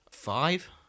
Five